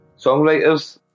songwriters